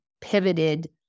pivoted